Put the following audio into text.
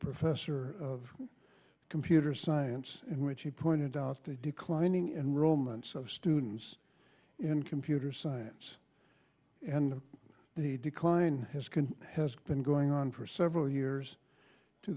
professor of computer science in which pointed out the declining enrollment so students in computer science and the decline has can has been going on for several years to